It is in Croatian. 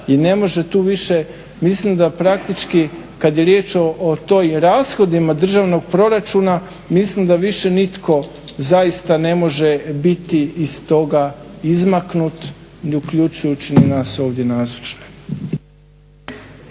I ne može tu više, mislim da praktički kad je riječ o toj rashodima državnog proračuna, mislim da više nitko zaista ne može biti iz toga izmaknut ni uključujući ni nas ovdje nazočne.